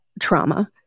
trauma